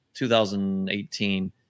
2018